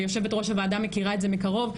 ויו"ר הוועדה מכירה את זה מקרוב,